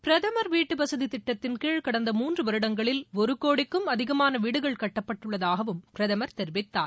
பிரதமர் வீட்டு வசதி திட்டத்தின்கீழ் கடந்த மூன்று வருடங்களில் ஒரு கோடிக்கும் அதிகமான வீடுகள் கட்டப்பட்டுள்ளதாகவும் பிரதமர் தெரிவித்தார்